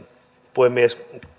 puhemies